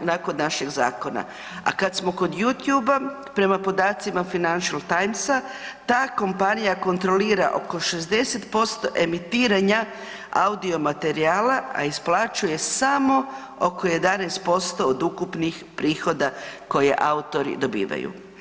nakon našeg zakona, a kad smo kod YouTubea prema podacima Financial Timesa ta kompanija kontrolira oko 60% emitiranja audio materijala, a isplaćuje samo oko 11% od ukupnih prihoda koje autori dobivaju.